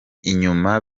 inyuma